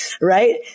Right